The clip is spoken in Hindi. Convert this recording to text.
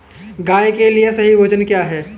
गाय के लिए सही भोजन क्या है?